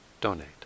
donate